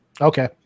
Okay